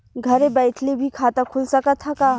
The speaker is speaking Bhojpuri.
घरे बइठले भी खाता खुल सकत ह का?